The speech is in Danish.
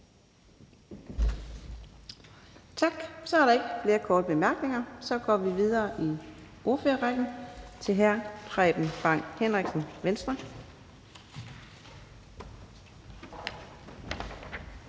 Tak. Så er der ikke flere korte bemærkninger. Vi går videre i ordførerrækken til hr. Preben Bang Henriksen, Venstre.